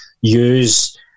use